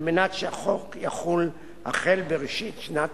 על מנת שהחוק יחול החל בראשית שנת